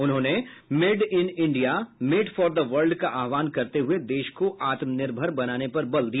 उन्होंने made in India made for the world का आह्वान करते हुए देश को आत्मनिर्भर बनाने पर बल दिया